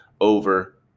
over